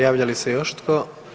Javlja li se još tko?